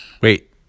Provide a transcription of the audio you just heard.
Wait